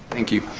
thank you.